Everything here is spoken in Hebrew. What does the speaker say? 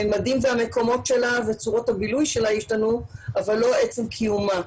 הממדים והמקומות שלה וצורות הבילוי שלה השתנו אבל לא עצם קיומה.